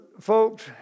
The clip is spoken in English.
Folks